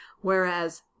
Whereas